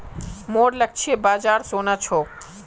मोर लक्ष्य बाजार सोना छोक